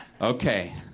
okay